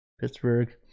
pittsburgh